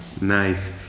Nice